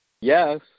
Yes